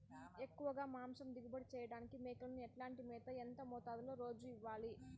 ఎక్కువగా మాంసం దిగుబడి చేయటానికి మేకలకు ఎట్లాంటి మేత, ఎంత మోతాదులో రోజు ఇవ్వాలి?